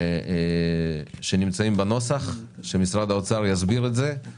חלק מהתשובות נמצאות בתוך נוסח החוק שהופץ אליכם